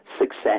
success